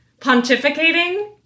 pontificating